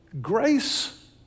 Grace